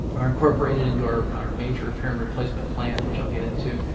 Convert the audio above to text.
are incorporated into our major repair and replacement plan which i'll get into.